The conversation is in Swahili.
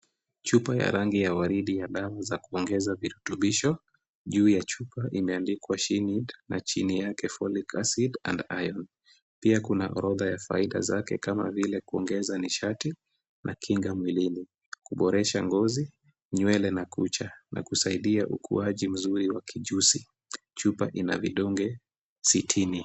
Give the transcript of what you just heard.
Chupa ya rangi ya waridi ya damu za kuongeza virutubisho juu ya chupa imeandikwa SHE NEED na chini yake FOLIC ACID AND IRON pia kuna orodha ya faida zake kama vile kuongeza nishati na kinga mwilini, kuboresha ngozi, nywele na kucha na kusaidia ukuaji mzuri wa kijusi. Chupa ina vidonge sitini.